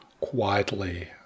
quietly